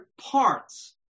parts